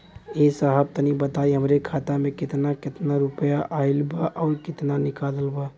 ए साहब तनि बताई हमरे खाता मे कितना केतना रुपया आईल बा अउर कितना निकलल बा?